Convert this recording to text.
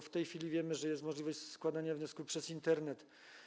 W tej chwili wiemy, że jest możliwość składania wniosków przez Internet.